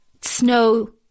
snow